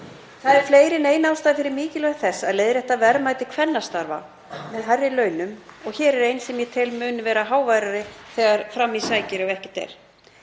Það er fleiri en ein ástæða fyrir mikilvægi þess að leiðrétta verðmæti kvennastarfa með hærri launum og hér er ein sem ég tel að muni verða háværari þegar fram í sækir ef ekkert